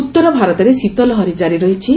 ଉତ୍ତର ଭାରତରେ ଶୀତ ଲହରୀ କାରି ରହିଛି